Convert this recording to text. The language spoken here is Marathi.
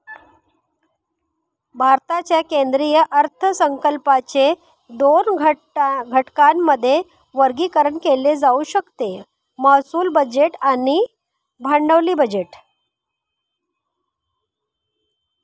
भारताच्या केंद्रीय अर्थसंकल्पाचे दोन घटकांमध्ये वर्गीकरण केले जाऊ शकते महसूल बजेट आणि भांडवली बजेट